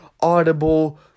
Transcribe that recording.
Audible